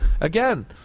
again